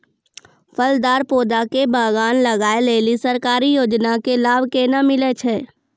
फलदार पौधा के बगान लगाय लेली सरकारी योजना के लाभ केना मिलै छै?